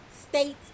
states